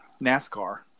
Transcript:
nascar